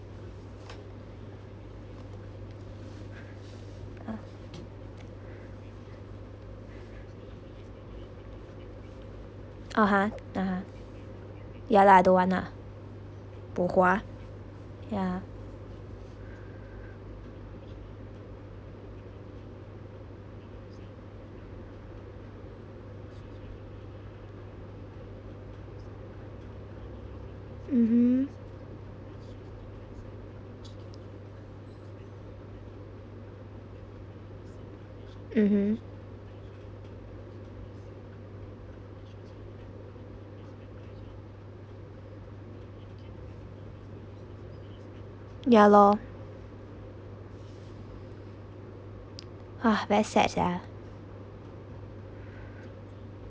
(uh huh) ya lah I don't want lah bu kua yeah mmhmm mmhmm ya lor ah very sad yeah